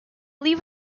leave